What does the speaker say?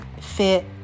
Fit